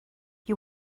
you